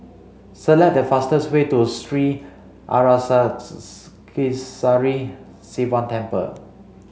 select the fastest way to Sri Sivan Temple